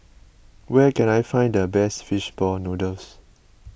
where can I find the best Fish Ball Noodles